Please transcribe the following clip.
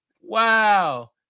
Wow